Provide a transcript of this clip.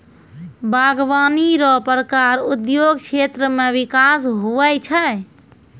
बागवानी रो प्रकार उद्योग क्षेत्र मे बिकास हुवै छै